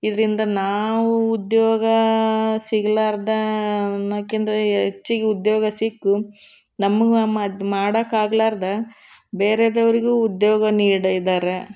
ಇದರಿಂದ ನಾವು ಉದ್ಯೋಗ ಸಿಗ್ಲಾರ್ದು ಅನ್ನೋಕ್ಕಿಂತ ಹೆಚ್ಚಿಗಿ ಉದ್ಯೋಗ ಸಿಕ್ಕು ನಮ್ಗೆ ಮ್ ಅದು ಮಾಡಕ್ಕಾಗ್ಲಾರ್ದೆ ಬೇರೆದವರಿಗೂ ಉದ್ಯೋಗ ನೀಡಿದಾರೆ